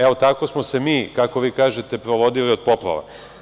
Evo, tako smo se mi, kako vi kažete, provodili od poplava.